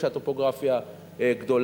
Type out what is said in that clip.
כאשר הטופוגרפיה קשה.